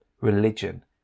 religion